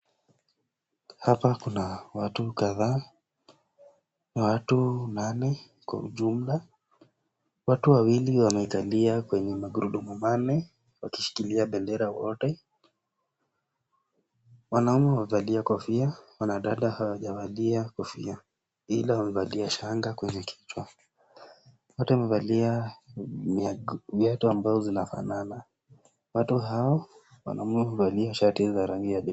Hapa kuna watu kadhaa, Watu nane kwa ujumla. Watu wawili wamekalia kwenye magurudumu manne wakishikilia bendera wote. Wanaume wamevalia kofia wanadada hawajavalia kofia ila wamevalia shanga kwenye kichwa. Wote wamevalia viatu ambazo zinafanana watu hao wanaume wamevalia shati za rangi ya.